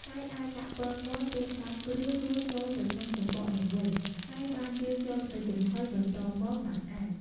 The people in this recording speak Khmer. ហើយអាចដាក់ពងមាន់ពេលផ្សំគ្រឿងរួចចូលទៅក្នុងសំបកនោះវិញ ហើយបានយើងយកទៅចំហុយបន្ទាប់មកបានអាំង។